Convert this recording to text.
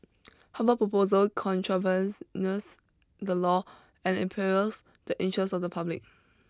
Harvard proposal contravene the law and imperils the interest of the public